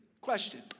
Question